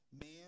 Man